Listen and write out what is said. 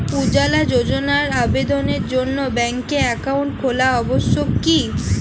উজ্জ্বলা যোজনার আবেদনের জন্য ব্যাঙ্কে অ্যাকাউন্ট খোলা আবশ্যক কি?